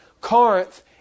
Corinth